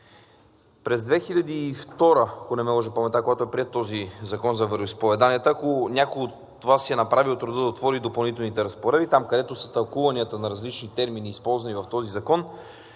През 2002 г., ако не ме лъже паметта, когато е приет този Закон за вероизповеданията, ако някой от Вас си е направил труда да отвори Допълнителните разпоредби, там, където са тълкуванията на различните термини, използвани в този закон,